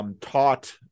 taught